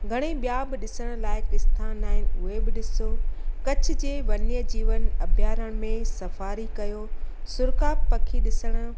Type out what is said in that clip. घणेई ॿिया बि ॾिसण लाइक़ु आस्थान आहिनि उहे बि ॾिसो कच्छ जे वन्य जीवन अभियारण में सफारी कयो सुर्खाब पखी ॾिसण